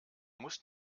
muss